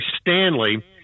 Stanley